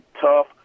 tough